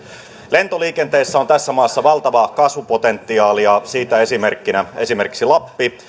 lentoliikenteessä on tässä maassa valtava kasvupotentiaali ja siitä esimerkkinä lappi